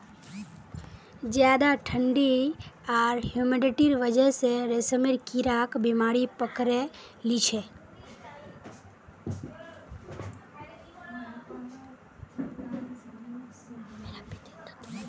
ज्यादा ठंडी आर ह्यूमिडिटीर वजह स रेशमेर कीड़ाक बीमारी पकड़े लिछेक